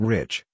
Rich